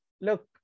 Look